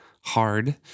hard